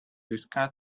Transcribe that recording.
discuss